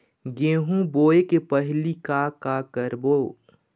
गेहूं बोए के पहेली का का करबो?